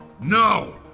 No